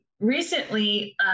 recently